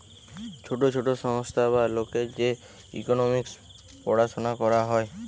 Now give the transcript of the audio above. ছোট ছোট সংস্থা বা লোকের যে ইকোনোমিক্স পড়াশুনা করা হয়